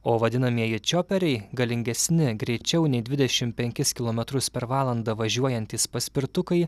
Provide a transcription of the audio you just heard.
o vadinamieji čioperiai galingesni greičiau nei dvidešimt penki kilometrai per valandą važiuojantys paspirtukai